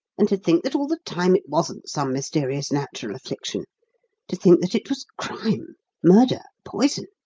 and to think that all the time it wasn't some mysterious natural affliction to think that it was crime murder poison.